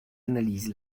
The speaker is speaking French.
analyse